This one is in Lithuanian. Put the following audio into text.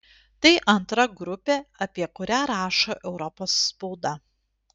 tai antra grupė apie kurią rašo europos spauda